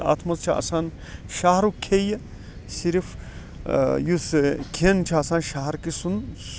اتھ مَنٛز چھُ آسان شَہرُک کھیٚیہِ صرف یُس کھیٚن چھُ آسان شَہرِکہِ سُنٛد